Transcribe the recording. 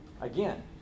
again